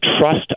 trust